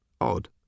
Odd